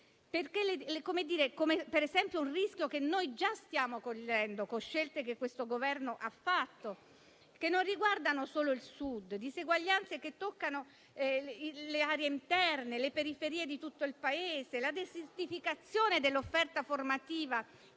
autonomia differenziata; rischi che già stiamo cogliendo con scelte che questo Governo ha fatto, che riguardano non solo il Sud: diseguaglianze che toccano le aree interne, le periferie di tutto il Paese, con la desertificazione dell'offerta formativa